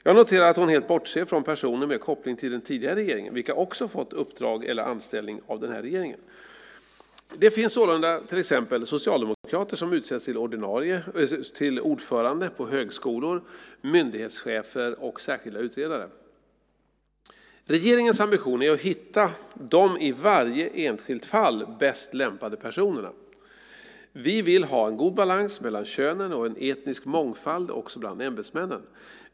Jag noterar att hon helt bortser från personer med koppling till den tidigare regeringen, vilka också fått uppdrag eller anställning av den här regeringen. Det finns sålunda till exempel socialdemokrater som utsetts till ordförande på högskolor, myndighetschefer och särskilda utredare. Regeringens ambition är att hitta de i varje enskilt fall bäst lämpade personerna. Vi vill ha en god balans mellan könen och en etnisk mångfald också bland ämbetsmännen.